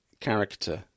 character